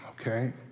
okay